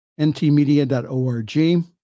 ntmedia.org